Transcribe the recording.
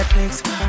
Netflix